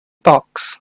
box